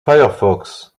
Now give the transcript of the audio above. firefox